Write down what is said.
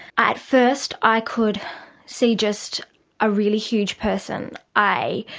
at first i could see just a really huge person, i